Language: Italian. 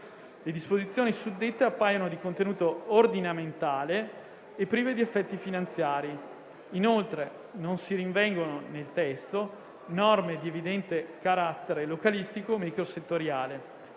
Le disposizioni suddette appaiono di contenuto ordinamentale e prive di effetti finanziari. Inoltre, non si rinvengono nel testo norme di evidente carattere localistico o microsettoriale.